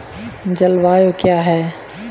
जलवायु क्या है?